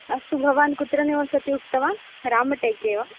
अस्तु भवान् कुत्र निवसति उक्तवान् रामटेके वा